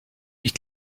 ich